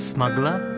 Smuggler